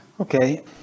Okay